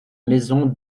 maison